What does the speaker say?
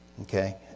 Okay